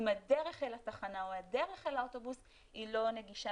אם הדרך אל התחנה או הדרך אל האוטובוס היא לא נגישה,